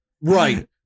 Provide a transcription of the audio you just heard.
Right